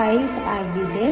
5 ಆಗಿದೆ